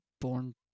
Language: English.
Born